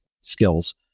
skills